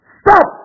stop